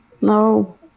No